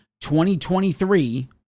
2023